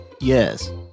Yes